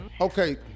Okay